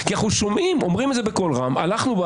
מדוע הוא פגום?